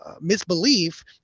misbelief